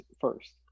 first